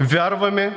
Вярваме,